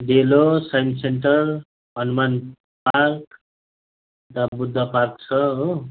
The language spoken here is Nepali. डेलो साइस सेन्टर हनुमान पार्क अन्त बुद्धपार्क छ हो